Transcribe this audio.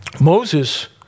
Moses